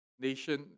nation